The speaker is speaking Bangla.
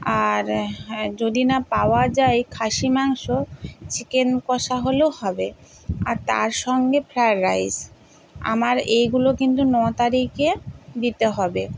আর যদি না পাওয়া যায় খাসি মাংস চিকেন কষা হলে হবে আর তার সঙ্গে ফ্রায়েড রাইস আমার এইগুলো কিন্তু ন তারিকে দিতে হবে